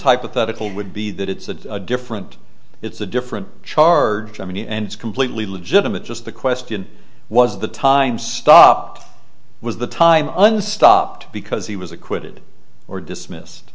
hypothetical would be that it's a different it's a different charge i mean and it's completely legitimate just the question was the time stop was the time and stopped because he was acquitted or dismissed